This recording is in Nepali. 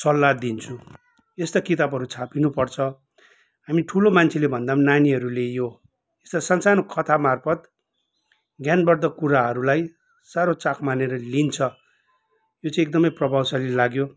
सल्लाह दिन्छु यस्तो किताबहरू छापिनुपर्छ हामी ठुलो मान्छेले भन्दा पनि नानीहरूले यो यस्तो सानसानो कथा मार्फत् ज्ञानवर्धक कुराहरूलाई साह्रो चाख मानेर लिन्छ यो चाहिँ एकदमै प्रभावशाली लाग्यो